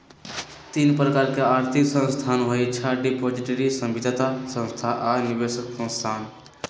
तीन प्रकार के आर्थिक संस्थान होइ छइ डिपॉजिटरी, संविदात्मक संस्था आऽ निवेश संस्थान